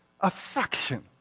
affection